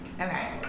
Okay